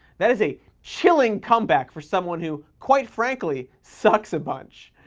that is a chilling comeback for someone who, quite frankly, sucks a bunch.